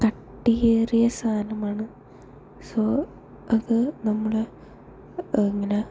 കട്ടിയേറിയ സാധനമാണ് സോ അത് നമ്മൾ ഇങ്ങനെ